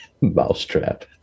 Mousetrap